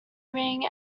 ring